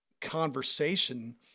conversation